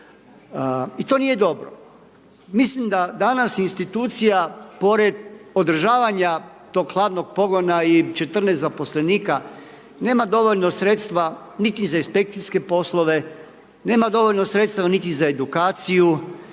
I to nije dobro. Mislim da danas institucija, pored odražavanja tog hladnog pogodna i 14 zaposlenika nema dovoljno sredstva niti za inspekcije poslove, nema dovoljno sredstva niti za edukaciju,